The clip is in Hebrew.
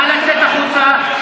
נא לצאת החוצה.